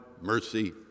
mercy